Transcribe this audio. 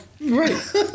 Right